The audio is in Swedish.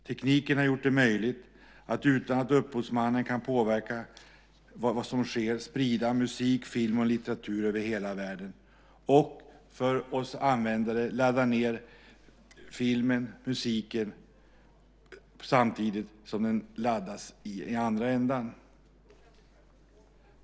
Tekniken har gjort det möjligt att utan att upphovsmannen kan påverka vad som sker sprida musik, film och litteratur över hela världen och att verken utan kostnad laddas ned av användare över hela världen.